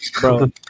Bro